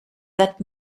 that